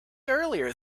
earlier